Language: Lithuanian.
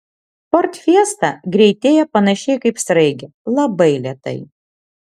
ford fiesta greitėja panašiai kaip sraigė labai lėtai